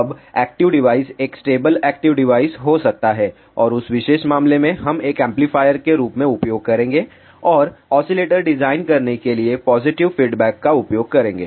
अब active device एक stable active device हो सकता है उस विशेष मामले में हम एक एम्पलीफायर के रूप में उपयोग करेंगे और ऑसीलेटर डिजाइन करने के लिए पॉजिटिव फीडबैक का उपयोग करेंगे